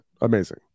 amazing